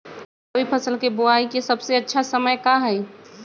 रबी फसल के बुआई के सबसे अच्छा समय का हई?